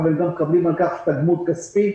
הם מקבלים על כך תגמול כספי.